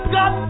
God